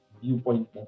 viewpoint